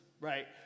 right